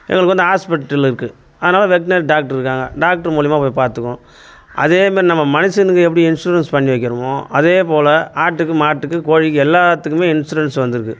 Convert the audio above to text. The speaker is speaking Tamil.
எங்களுக்கு வந்து ஆஸ்பிட்டல் இருக்குது அதனால வெட்னரி டாக்டர் இருக்காங்க டாக்டர் மூலமா போய் பார்த்துக்குவோம் அதே மாரி நம்ம மனுஷனுக்கு எப்படி இன்சூரன்ஸ் பண்ணி வைக்கிறமோ அதேபோல ஆட்டுக்கு மாட்டுக்கு கோழிக்கு எல்லாத்துக்குமே இன்சூரன்ஸ் வந்துருக்குது